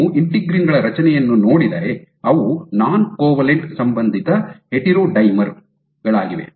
ನೀವು ಇಂಟಿಗ್ರಿನ್ ಗಳ ರಚನೆಯನ್ನು ನೋಡಿದರೆ ಅವು ನಾನ್ ಕೋವೆಲೆಂಟ್ ಸಂಬಂಧಿತ ಹೆಟೆರೊಡೈಮರ್ ಗಳಾಗಿವೆ